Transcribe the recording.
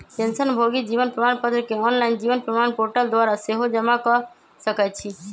पेंशनभोगी जीवन प्रमाण पत्र के ऑनलाइन जीवन प्रमाण पोर्टल द्वारा सेहो जमा कऽ सकै छइ